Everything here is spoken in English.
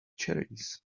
cherries